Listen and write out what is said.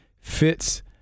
fits